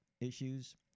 issues